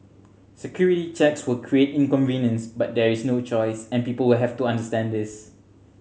security checks will create inconvenience but there is no choice and people will have to understand this